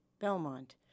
Belmont